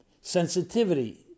Sensitivity